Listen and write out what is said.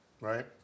right